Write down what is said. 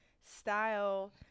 style